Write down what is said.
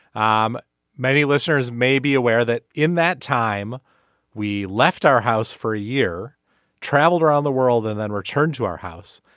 um many listeners may be aware that in that time we left our house for a year traveled around the world and then returned to our house